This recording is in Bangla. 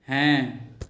হ্যাঁ